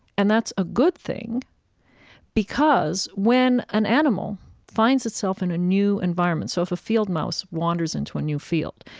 and that's a good thing because when an animal finds itself in a new environment so if a field mouse wanders into a new field,